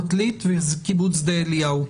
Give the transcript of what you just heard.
עתלית וקיבוץ שדה אליהו.